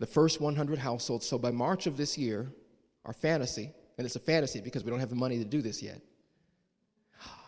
the first one hundred households so by march of this year our fantasy but it's a fantasy because we don't have the money to do this yet